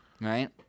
right